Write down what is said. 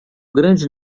grande